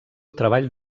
treball